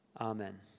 Amen